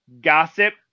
gossip